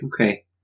Okay